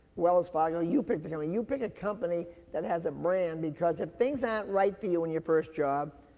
wells fargo, you pick the company. and you pick a company that has a brand because if things aren't right for you in your first job,